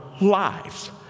lives